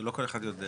לא כל אחד יודע.